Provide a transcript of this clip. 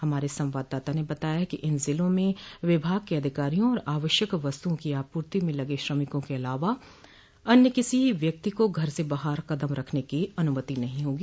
हमारे संवाददाता ने बताया है कि इन जिलों में विभाग के अधिकारियों और आवश्यक वस्तुओं की आपूर्ति में लगे श्रमिकों के अलावा अन्य किसी व्यक्ति को घर से बाहर कदम रखने की अनुमति नहीं होगी